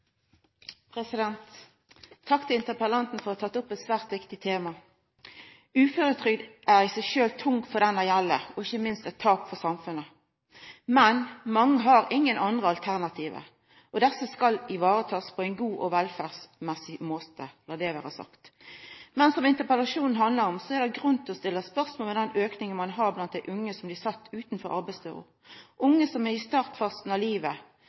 Arbeiderpartiet. Takk til interpellanten for å ha teke opp eit svært viktig tema. Uføretrygd er i seg sjølv tungt for den det gjeld, og ikkje minst eit tap for samfunnet. Men mange har ingen andre alternativ, og desse skal takast vare på på ein god og velferdsmessig måte – la det vera sagt. Men som interpellasjonen handlar om, er det grunn til å stilla spørsmål ved den aukinga ein har blant dei unge som blir sett utanfor arbeidsdøra – unge som er i startfasen av livet,